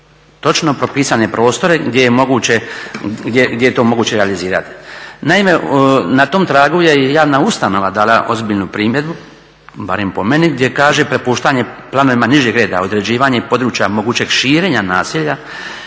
točno propisane prostore gdje je moguće, gdje je to moguće realizirati. Naime, na tom tragu je i javna ustanova dala ozbiljnu primjedbu, barem po meni gdje kaže prepuštanje planovima nižeg reda, određivanje i područja mogućeg širenja naselja,